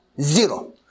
Zero